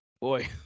Boy